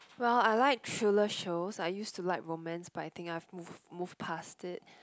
well I like thriller shows I used to like romance but I think I've I moved moved passed it